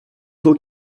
faut